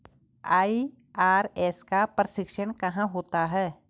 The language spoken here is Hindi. आई.आर.एस का प्रशिक्षण कहाँ होता है?